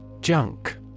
Junk